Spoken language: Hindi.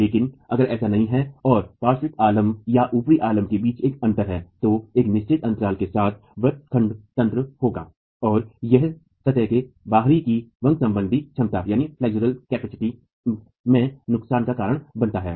लेकिन अगर ऐसा नहीं है और पार्श्विक आलम्ब या ऊपरी आलम्ब के बीच एक अंतर है तो एक निश्चित अन्तराल के साथ व्रत खंड तंत्र होगा और यह सतह के बाहरी की वंक सम्बन्धी क्षमता में नुकसान का कारण बनता है